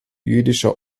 jüdischer